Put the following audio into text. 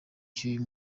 cy’uyu